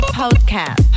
podcast